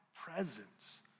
presence